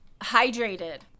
Hydrated